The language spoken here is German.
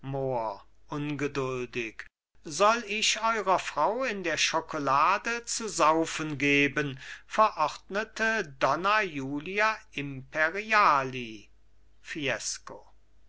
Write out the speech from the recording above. ungeduldig soll ich eurer frau in der schokolade zu saufen geben verordnete donna julia imperiali fiesco